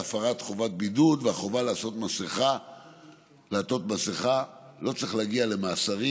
על הפרת חובת בידוד והחובה לעטות מסכה לא צריך להגיע למאסרים.